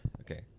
Okay